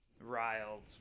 riled